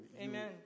Amen